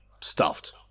stuffed